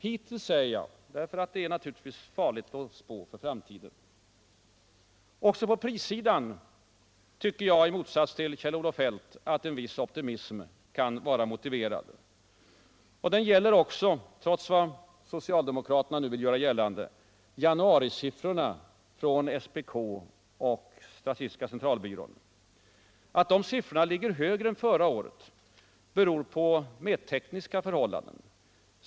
Hittills, säger jag, eftersom det naturligtvis är farligt att spå för framtiden. Också på prissidan tycker jag, i motsats till Kjelt-Olof Feldt, att en viss optimism kan vara motiverad. Den gäller också, trots vad socialdemokraterna nu vill göra gällande, januarisiffrorna från SPK och statistiska centralbyrån. Att de siffrorna ligger högre än förra året beror på mättekniska förhållanden.